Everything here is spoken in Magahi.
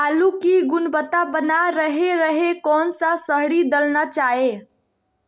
आलू की गुनबता बना रहे रहे कौन सा शहरी दलना चाये?